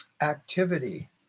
activity